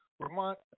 Vermont